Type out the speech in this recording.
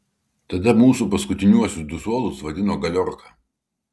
tada mūsų paskutiniuosius du suolus vadino galiorka